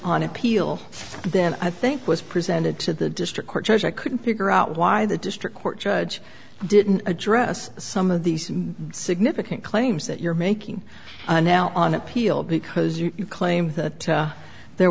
on appeal then i think was presented to the district court judge i couldn't figure out why the district court judge didn't address some of these significant claims that you're making now on appeal because you claim that there